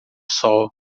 sol